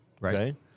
Right